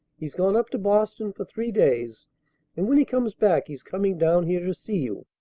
he's gone up to boston for three days and, when he comes back, he's coming down here to see you.